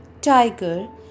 tiger